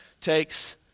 takes